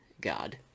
God